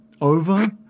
over